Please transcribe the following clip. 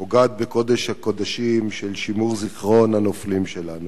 פוגעת בקודש הקודשים של שימור זיכרון הנופלים שלנו.